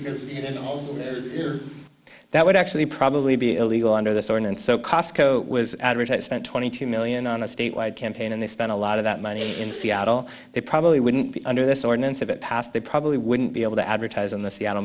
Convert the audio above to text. so that would actually probably be illegal under this ordinance so costco was advertised spent twenty two million on a statewide campaign and they spent a lot of that money in seattle they probably wouldn't be under this ordinance if it passed they probably wouldn't be able to advertise in the seattle